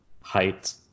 height